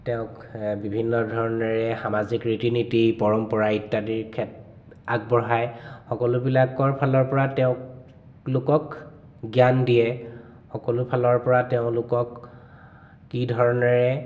তেওঁক বিভিন্ন ধৰণেৰে সামাজিক ৰীতি নীতি পৰম্পৰা ইত্যাদিৰ খেত আগবঢ়াই সকলোবিলাকৰ ফালৰ পৰা তেওঁলোকক জ্ঞান দিয়ে সকলোফালৰ পৰা তেওঁলোকক কি ধৰণেৰে